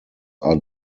are